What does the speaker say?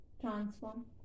Transform